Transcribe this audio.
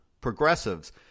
progressives